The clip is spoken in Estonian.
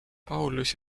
paulus